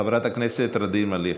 חברת הכנסת ע'דיר מריח.